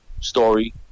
story